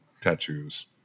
tattoos